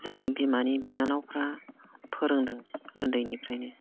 जोंनि बिमानि बिनानावफ्रा फोरोंदों उन्दैनिफ्रायनो